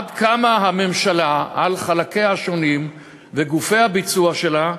עד כמה הממשלה, על חלקיה השונים וגופי הביצוע שלה,